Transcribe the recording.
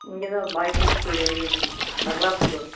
இங்கேதான் boys school Pangalapathur